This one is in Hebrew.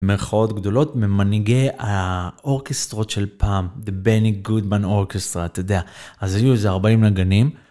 במרכאות גדולות ממנהיגי האורקסטרות של פעם, The Benny Goodman Orchestra, אתה יודע. אז היו איזה 40 נגנים.